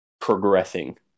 progressing